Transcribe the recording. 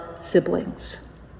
siblings